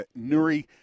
Nuri